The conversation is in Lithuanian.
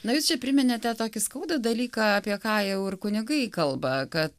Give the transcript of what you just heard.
na jūs čia priminėte tokį skaudų dalyką apie ką jau ir kunigai kalba kad